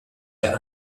der